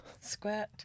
squirt